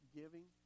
giving